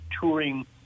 touring